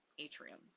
atrium